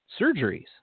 surgeries